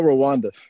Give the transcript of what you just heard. Rwanda